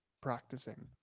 practicing